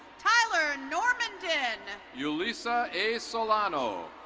tyler normandon. ulyssa a solano.